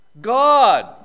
God